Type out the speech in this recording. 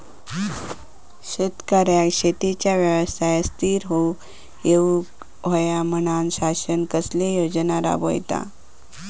शेतकऱ्यांका शेतीच्या व्यवसायात स्थिर होवुक येऊक होया म्हणान शासन कसले योजना राबयता?